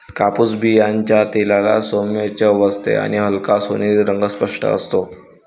कापूस बियांच्या तेलाला सौम्य चव असते आणि हलका सोनेरी रंग स्पष्ट असतो